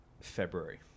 February